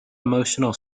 emotional